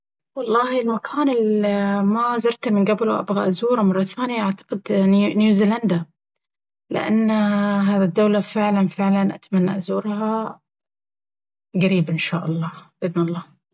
والله المكان إلي ما زرته من قبل وأبغى أزوره مرة ثانية أعتقد نيوزلاندا لأن هالدولة فعلا فعلا أتمنى أزورها قريب إنشاءالله بإذن الله.